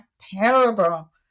terrible